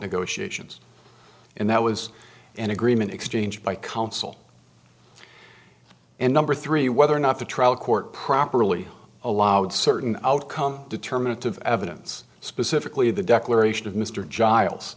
negotiations and that was an agreement exchanged by counsel and number three whether or not the trial court properly allowed certain outcome determinative evidence specifically the declaration of mr giles